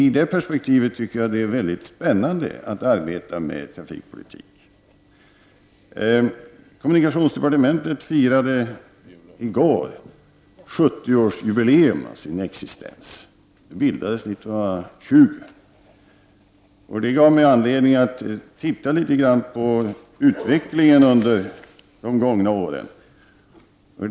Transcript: I det perspektivet tycker jag det är spännande att arbeta med trafikpolitik. Kommunikationsdepartementet firade i går sitt 70-års jubileum. Det bildades 1920. Detta gav mig anledning att titta på utvecklingen under de gångna åren.